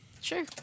Sure